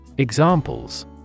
Examples